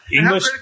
English